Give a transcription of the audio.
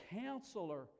counselor